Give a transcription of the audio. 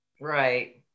Right